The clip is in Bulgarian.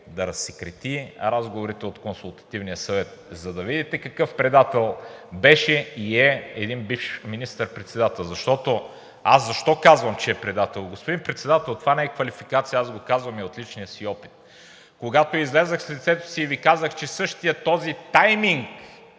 да разсекрети разговорите от Консултативния съвет, за да видите какъв предател беше и е един бивш министър-председател. Защо аз защо казвам, че е предател? Господин Председател, това не е квалификация, аз го казвам и от личния си опит. Когато излязох с лицето си и Ви казах, че същият този тайминг